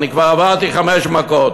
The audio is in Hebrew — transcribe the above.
אני כבר עברתי חמש מכות.